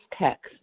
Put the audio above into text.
text